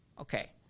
Okay